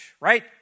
right